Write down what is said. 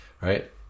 right